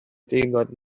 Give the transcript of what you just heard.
deimlad